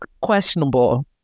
questionable